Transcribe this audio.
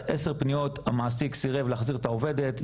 בעשר פניות הנותרות המעסיק סירב להחזיר את העובדת,